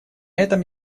этом